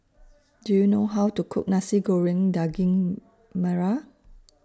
Do YOU know How to Cook Nasi Goreng Daging Merah